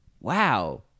Wow